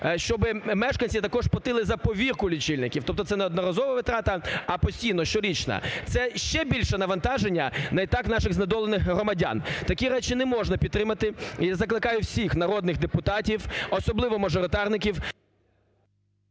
щоби мешканці також платили за повірку лічильників. Тобто це не одноразова витрата, а постійна, щорічна. Це ще більше навантаження на й так наших знедолених громадян! Такі речі не можна підтримати. І закликаю всіх народних депутатів, особливо мажоритарників…